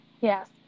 Yes